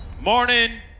Morning